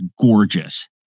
gorgeous